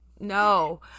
No